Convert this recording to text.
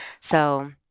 So-